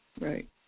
right